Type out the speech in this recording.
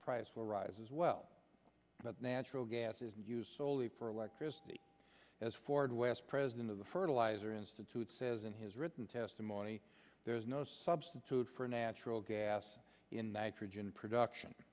price will rise as well that natural gas is used soley for electricity as ford west president of the fertilizer institute says in his written testimony there is no substitute for natural gas in nitrogen production